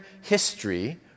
history